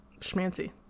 Schmancy